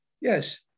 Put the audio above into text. Yes